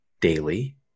daily